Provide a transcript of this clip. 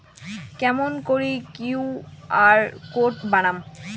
কেমন করি QR code বানাম?